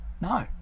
No